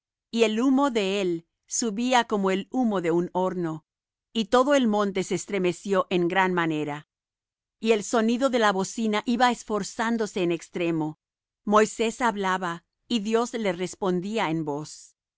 y el humo de él subía como el humo de un horno y todo el monte se estremeció en gran manera y el sonido de la bocina iba esforzándose en extremo moisés hablaba y dios le respondía en voz y